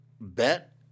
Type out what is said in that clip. bet